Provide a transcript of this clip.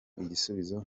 igisubizo